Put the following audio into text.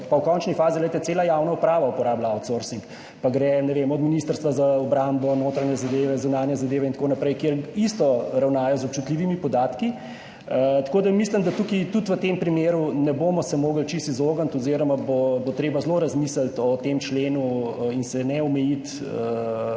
pa v končni fazi, glejte, cela javna uprava uporablja outsourcing, od Ministrstva za obrambo, notranje zadeve, zunanje zadeve in tako naprej, kjer prav tako ravnajo z občutljivimi podatki. Tako mislim, da se tudi v tem primeru ne bomo mogli povsem izogniti oziroma bo treba zelo razmisliti o tem členu in se ne omejiti,